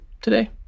today